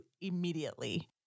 immediately